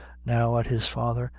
now at his father,